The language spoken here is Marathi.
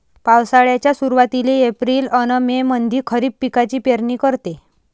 पावसाळ्याच्या सुरुवातीले एप्रिल अन मे मंधी खरीप पिकाची पेरनी करते